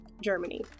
Germany